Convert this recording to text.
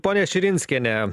ponia širinskiene